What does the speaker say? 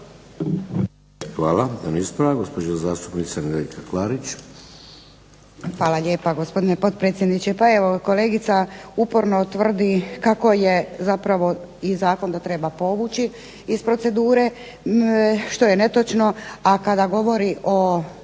Hvala. Jedan ispravak gospođa zastupnica Nedjeljka Klarić. **Klarić, Nedjeljka (HDZ)** Hvala lijepa gospodine potpredsjedniče. Pa evo kolegica uporno tvrdi kako je zapravo i zakon da treba povući iz procedure što je netočno. A kada govori o